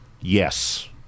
Yes